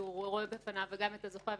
כשהוא רואה לפניו גם את הזוכה,